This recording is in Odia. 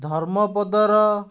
ଧର୍ମପଦର